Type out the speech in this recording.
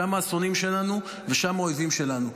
שם השונאים שלנו ושם האויבים שלנו.